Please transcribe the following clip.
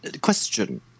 Question